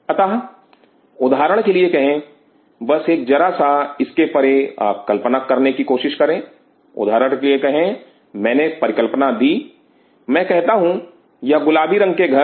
अतः उदाहरण के लिए कहे बस एक जरा सा इसके परे कल्पना करने की कोशिश करें उदाहरण के लिए कहे मैंने परिकल्पना दी मैं कहता हूं यह गुलाबी रंग के घर